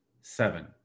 Seven